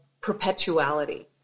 perpetuality